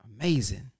Amazing